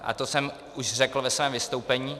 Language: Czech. A to jsem už řekl ve svém vystoupení.